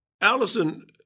Allison